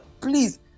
Please